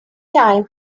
time